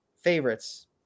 favorites